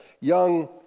young